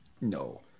No